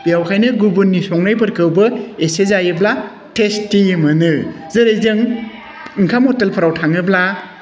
बेखायनो गुबुननि संनायफोरखौबो एसे जायोब्ला थेस्टि मोनो जेरै जों ओंखाम हटेलफोराव थाङोब्ला